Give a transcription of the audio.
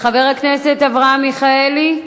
חבר הכנסת אברהם מיכאלי,